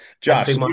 Josh